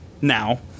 now